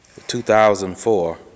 2004